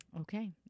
Okay